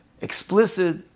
explicit